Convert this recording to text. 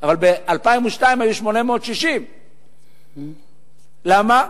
אבל ב-2002 היו 860,000. למה?